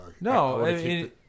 No